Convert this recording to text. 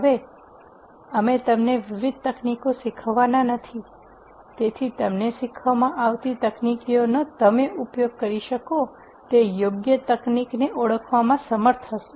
હવે અમે તમને વિવિધ તકનીકો શીખવવાના નથી તેથી તમને શીખવવામાં આવતી તકનીકીઓ તમે ઉપયોગ કરી શકો તે યોગ્ય તકનીકને ઓળખવામાં સમર્થ હશો